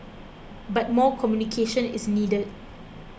but more communication is needed